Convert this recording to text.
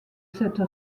cette